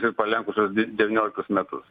ir pralenkusios devynioliktus metus